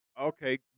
Okay